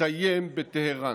יסתיים בטהרן.